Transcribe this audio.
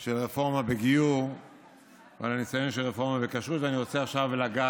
של רפורמת הגיור ורפורמת הכשרות.